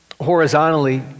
horizontally